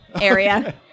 area